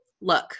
look